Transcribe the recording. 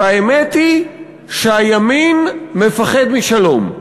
והאמת היא שהימין מפחד משלום,